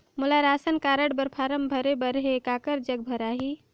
मोला ration card बर form भरे बर हे काकर जग भराही?